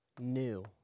new